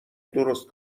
درست